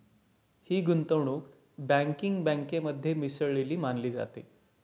ही गुंतवणूक बँकिंग बँकेमध्ये मिसळलेली मानली जाते